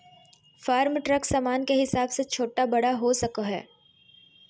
farm truck सामान के हिसाब से छोटा बड़ा हो सको हय